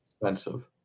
expensive